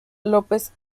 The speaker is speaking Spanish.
lópez